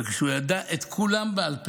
ואומרים עליו שהוא ידע את כולם בעל פה.